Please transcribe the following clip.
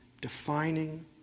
defining